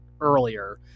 earlier